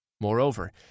Moreover